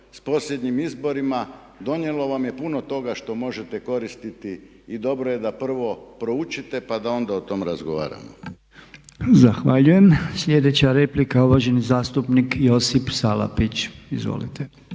s posljednjim izborima. Donijelo vam je puno toga što možete koristiti. I dobro je da prvo proučite pa da onda o tome razgovaramo. **Podolnjak, Robert (MOST)** Zahvaljujem. Sljedeća replika, uvaženi zastupnik Josip Salapić. Izvolite.